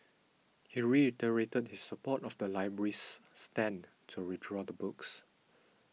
he reiterated his support of the library's stand to withdraw the books